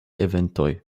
eventoj